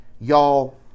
Y'all